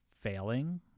failing